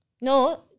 No